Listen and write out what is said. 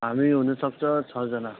हामी हुन सक्छ छजना हुन्छ